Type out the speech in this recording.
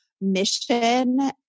mission